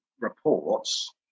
reports